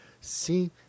See